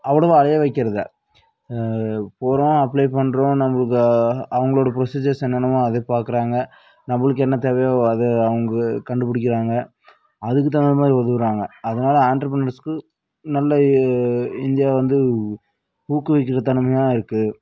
அவ்வளவா அலைய வைக்கிறதில்ல போகிறோம் அப்ளை பண்ணுறோம் நம்மளுக்கு அவங்களோடய ப்ரொசீஜர்ஸ் என்னென்னவோ அதை பார்க்குறாங்க நம்மளுக்கு என்ன தேவையோ அதை அவங்க கண்டுபிடிக்குறாங்க அதுக்கு தகுந்த மாதிரி ஒதுக்குகிறாங்க அதனால் ஆன்டர்பிரனர்ஸுக்கு நல்ல இந்தியா வந்து ஊக்குவிக்கிற தன்மையாக இருக்குது